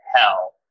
hell